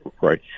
right